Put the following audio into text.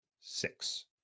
Six